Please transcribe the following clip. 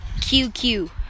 Q-Q